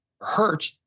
hurt